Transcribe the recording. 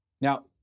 Now